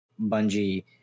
Bungie